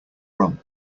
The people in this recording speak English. rum